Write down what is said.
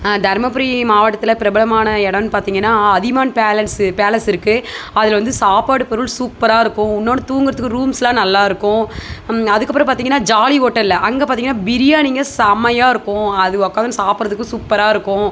தர்மபுரி மாவட்டத்தில் பிரபலமான இடம்னு பார்த்தீங்கன்னா அதியமான் பேலஸு பேலஸ் இருக்குது அதில் வந்து சாப்பாடு பொருள் சூப்பராக இருக்கும் இன்னோன்னு தூங்குறதுக்கு ரூம்ஸெலாம் நல்லாயிருக்கும் அதுக்கப்புறம் பார்த்தீங்கன்னா ஜாலி ஹோட்டல் அங்கே பார்த்தீங்கன்னா பிரியாணிங்க செமையாக இருக்கும் அது உக்காந்துனு சாப்பிடுறதுக்கு சூப்பராக இருக்கும்